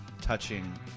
touching